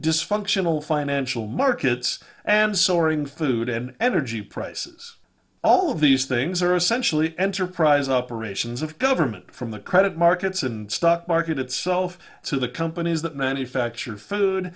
dysfunctional financial markets and soaring food and energy prices all of these things are essentially enterprise operations of government from the credit markets and stock market itself to the companies that manufacture food